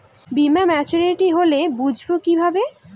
বীমা মাচুরিটি হলে বুঝবো কিভাবে?